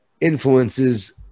influences